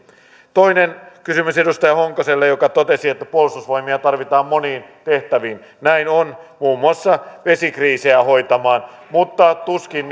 toinen kysymys edustaja hakaselle joka totesi että puolustusvoimia tarvitaan moniin tehtäviin näin on muun muassa vesikriisejä hoitamaan mutta tuskin